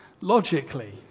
logically